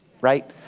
right